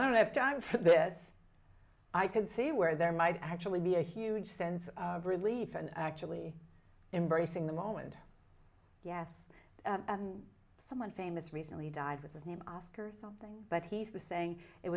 don't have time for this i could see where there might actually be a huge sense of relief and actually embracing the moment yes someone famous recently died with his name ask or something but he's was saying it